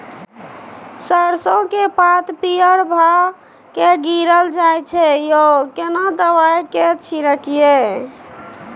सरसो के पात पीयर भ के गीरल जाय छै यो केना दवाई के छिड़कीयई?